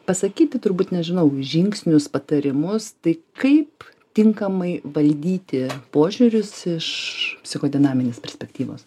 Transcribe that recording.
pasakyti turbūt nežinau žingsnius patarimus tai kaip tinkamai valdyti požiūrius iš psichodinaminės perspektyvos